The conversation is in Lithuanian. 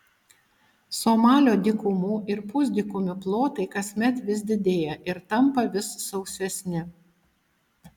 somalio dykumų ir pusdykumių plotai kasmet vis didėja ir tampa vis sausesni